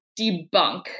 debunk